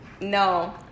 No